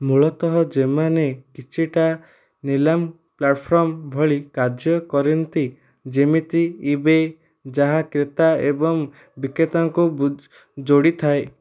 ମୂଳତଃ ଯେଉଁମାନେ କିଛିଟା ନିଲାମୀ ପ୍ଲାଟଫର୍ମ୍ ଭଳି କାର୍ଯ୍ୟ କରନ୍ତି ଯେମିତି ଇବେ ଯାହା କ୍ରେତା ଏବଂ ବିକ୍ରେତାଙ୍କୁ ବି ଯୋଡ଼ିଥାଏ